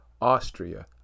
Austria